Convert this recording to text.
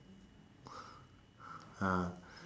ah